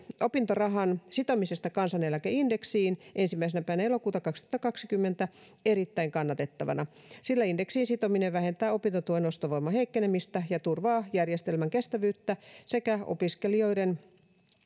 opintorahan sitomisesta kansaneläkeindeksiin ensimmäisenä päivänä elokuuta kaksituhattakaksikymmentä erittäin kannatettavana sillä indeksiin sitominen vähentää opintotuen ostovoiman heikkenemistä ja turvaa järjestelmän kestävyyttä sekä opiskelijoiden